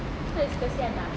so it's kesian ah